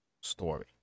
story